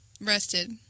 rested